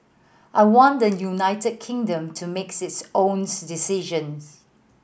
I want the United Kingdom to make this owns decisions